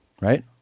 Right